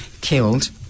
killed